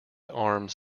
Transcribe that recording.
arms